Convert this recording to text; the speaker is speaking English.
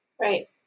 Right